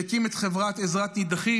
שהקים את חברת עזרת נידחים,